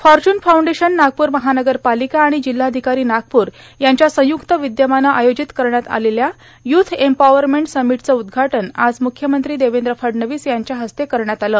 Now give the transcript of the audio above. Fortune foundation Nagpur महानरपर्रालका आण जिल्हाधिकारां नागपूर यांच्या संयुक्त र्वद्यमानं आयोजित करण्यात आलेल्या युथ एम्र्पॉवरमट र्सामटचं उद्घाटन आज मुख्यमंत्री देवद्र फडणवीस यांच्या हस्ते करण्यात आलं